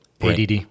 ADD